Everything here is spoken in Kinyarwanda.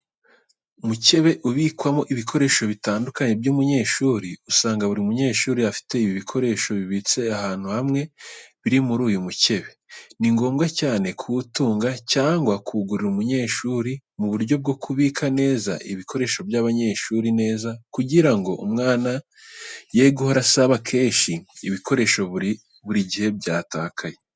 Umukebe ubikwamo ibikoresho bitandukanye by'umunyeshuri, usanga buri munyeshuri afite ibi bikoresho bibitse ahantu hamwe biri muri uyu mukebe. Ni ngombwa cyane kuwutunga cyangwa kuwugurira umunyeshuri mu buryo bwo kubika neza ibikoresho by'abanyeshuri neza kugira ngo umwana ye guhora asaba kenshi ibi bikoresho buri gihe byatakaye.